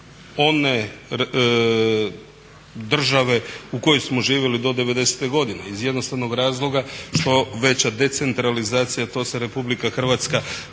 one države u kojoj smo živjeli do '90. godine iz jednostavnog razloga što veća decentralizacija to se RH brže razvijala.